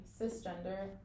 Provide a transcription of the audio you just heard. cisgender